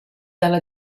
dalla